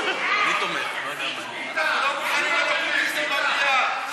לא מוכנים, במליאה.